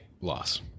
loss